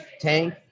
tank